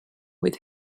with